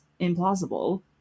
implausible